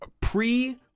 Pre